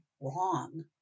wrong